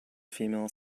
female